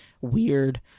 weird